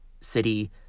city